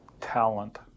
talent